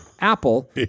Apple